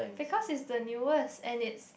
because is the newest and it's